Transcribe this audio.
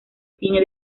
cine